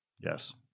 Yes